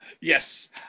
Yes